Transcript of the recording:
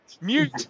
Mute